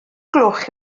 gloch